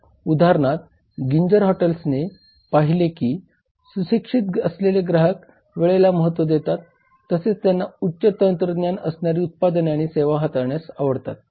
उदाहरणार्थ गिंजर हॉटेल्सने पाहिले की सुशिक्षितअसलेले ग्राहक वेळेला महत्व देतात तसेच त्यांना उच्च तंत्रज्ञान असणारी उत्पादने आणि सेवा हाताळण्यास आवडतात